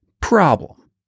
problem